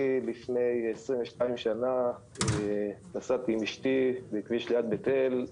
אני לפני עשרים ושתיים שנים יצאתי עם אשתי לכביש ליד בית אל,